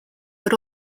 but